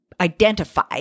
identify